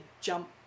jump